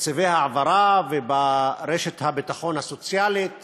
בתקציבי העברה וברשת הביטחון הסוציאלית